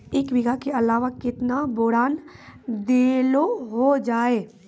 एक बीघा के अलावा केतना बोरान देलो हो जाए?